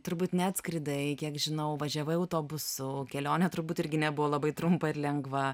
turbūt ne atskridai kiek žinau važiavai autobusu kelionė turbūt irgi nebuvo labai trumpa ir lengva